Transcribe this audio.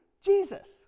Jesus